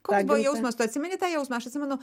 koks buvo jausmas tu atsimeni tą jausmą aš atsimenu